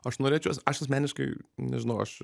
aš norėčiau aš asmeniškai nežinau aš